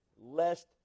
lest